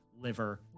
liver